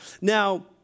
Now